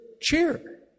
cheer